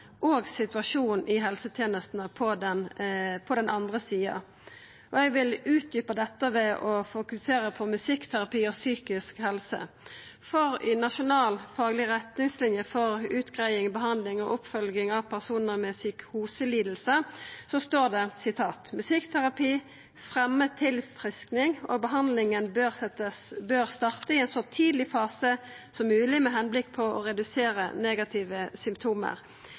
og situasjonen i helsetenestene på den andre sida. Eg vil utdjupa dette ved å fokusera på musikkterapi og psykisk helse. I nasjonal fagleg retningslinje for utgreiing, behandling og oppfølging av personar med psykoselidingar står det: «Musikkterapi fremmer tilfriskning, og behandlingen bør starte i en så tidlig fase som mulig med henblikk på å redusere negative